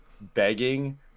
begging